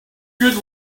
good